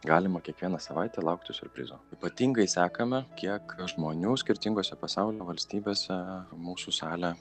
galima kiekvieną savaitę laukti siurprizo ypatingai sekame kiek žmonių skirtingose pasaulio valstybėse mūsų sale